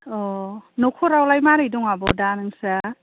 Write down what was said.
अ न'खरआवलाय मारै दं आब' दा नोंसोरहा